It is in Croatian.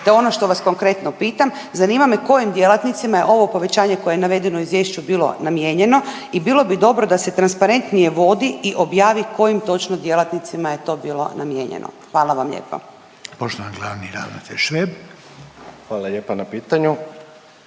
je ono što vas konkretno pitam, zanima me kojim djelatnicima je ovo povećanje koje je navedeno u Izvješću bilo namijenjeno i bilo bi dobro da se transparentnije vodi i objavi kojim točno djelatnicima je to bilo namijenjeno. Hvala vam lijepa. **Reiner, Željko (HDZ)** Poštovani glavni ravnatelj